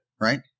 right